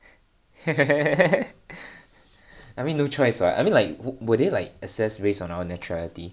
I mean no choice [what] I mean would they like assess us based on our neutrality